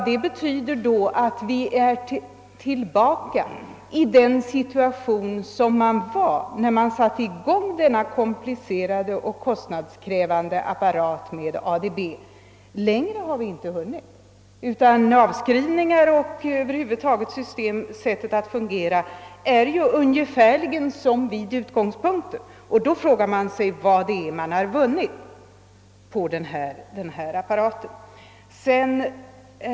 Det betyder att man är tillbaka i samma situation som när man satte i gång denna komplicerade och kostnadskrävande apparat med ADB. Längre har man inte hunnit. Över huvud taget är kronofogdemyndighetens sätt att fungera ungefär detsamma som vid utgångspunkten. Vad har man då vunnit med denna apparat?